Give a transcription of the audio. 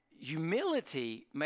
Humility